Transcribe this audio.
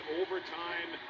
overtime